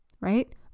right